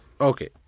Okay